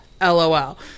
LOL